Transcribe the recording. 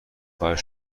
خواهد